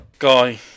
Guy